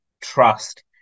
trust